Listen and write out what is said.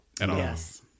Yes